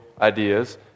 ideas